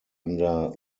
under